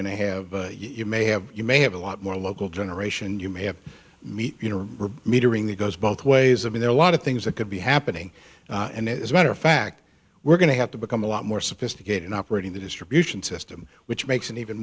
going to have you may have you may have a lot more local generation you may have meet you know metering the goes both ways i mean there are a lot of things that could be happening and it's a matter of fact we're going to have to become a lot more sophisticated operating the distribution system which makes an even